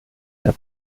der